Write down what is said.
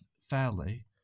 fairly